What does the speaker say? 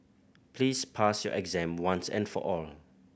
please pass your exam once and for all